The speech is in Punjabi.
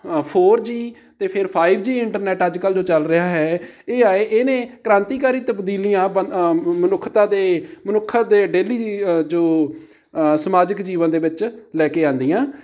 ਫੋਰ ਜੀ ਅਤੇ ਫਿਰ ਫਾਈਵ ਜੀ ਇੰਟਰਨੈੱਟ ਅੱਜ ਕੱਲ੍ਹ ਜੋ ਚੱਲ ਰਿਹਾ ਹੈ ਇਹ ਆਏ ਇਹਨੇ ਕ੍ਰਾਂਤੀਕਾਰੀ ਤਬਦੀਲੀਆਂ ਬ ਮਨੁੱਖਤਾ ਦੇ ਮਨੁੱਖਾਂ ਦੇ ਡੇਲੀ ਜੋ ਸਮਾਜਿਕ ਜੀਵਨ ਦੇ ਵਿੱਚ ਲੈ ਕੇ ਆਉਂਦੀਆਂ